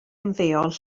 ymddeol